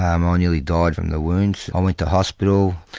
i um ah nearly died from the wounds. i went to hospital,